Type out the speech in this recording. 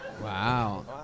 wow